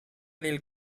del